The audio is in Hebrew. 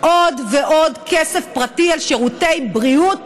עוד ועוד כסף פרטי על שירותי בריאות